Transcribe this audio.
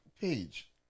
page